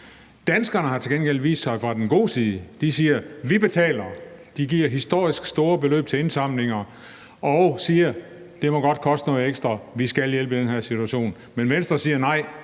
Danskerne har til gengæld vist sig fra deres gode side. De siger: Vi betaler. De giver historisk store beløb til indsamlinger og siger, at det godt må koste noget ekstra, for vi skal hjælpe i den her situation. Men Venstre siger: Nej,